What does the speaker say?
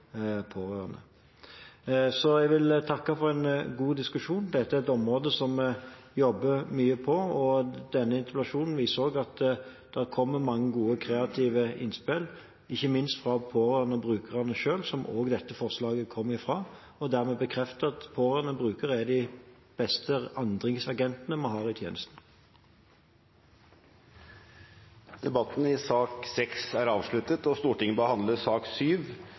pårørende. Jeg vil takke for en god diskusjon. Dette er et område som jeg jobber mye med, og denne interpellasjonen viser at det kommer mange gode, kreative innspill, ikke minst fra de pårørende og brukerne selv, som dette forslaget kom fra, og dermed bekrefter at de pårørende og brukerne er de beste endringsagentene vi har i tjenesten. Debatten i sak nr. 6 er avsluttet.